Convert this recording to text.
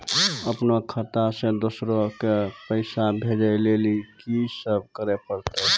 अपनो खाता से दूसरा के पैसा भेजै लेली की सब करे परतै?